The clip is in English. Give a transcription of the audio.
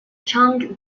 chung